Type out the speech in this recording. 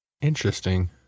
interesting